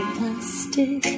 plastic